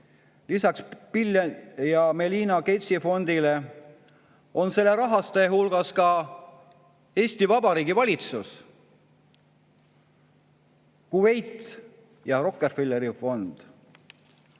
Lisaks Bill ja Melinda Gatesi fondile on selle rahastajate hulgas Eesti Vabariigi valitsus, Kuveit ja Rockefelleri fond.